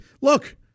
look